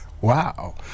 Wow